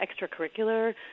extracurricular